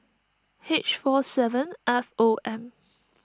H four seven F O M